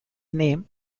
name